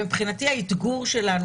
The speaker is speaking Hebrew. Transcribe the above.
מבחינתי האתגור שלנו,